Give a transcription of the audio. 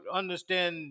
understand